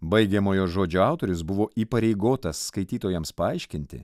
baigiamojo žodžio autorius buvo įpareigotas skaitytojams paaiškinti